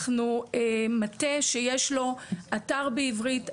אנחנו מטה שיש לו אתר בעברית,